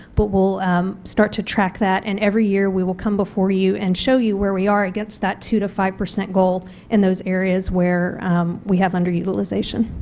but we will start to track that and every year we will come before you and show you where we are against that two to five percent goal in those areas where we have underutilization.